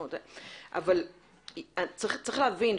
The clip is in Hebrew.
צריך להבין,